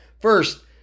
First